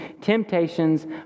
temptations